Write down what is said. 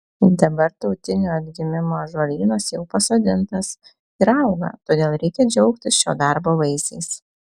dabar tautinio atgimimo ąžuolynas jau pasodintas ir auga todėl reikia džiaugtis šio darbo vaisiais